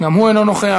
גם הוא אינו נוכח.